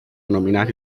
nominati